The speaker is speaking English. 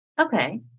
Okay